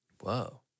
Whoa